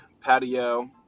Patio